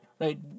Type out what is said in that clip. Right